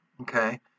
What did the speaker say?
Okay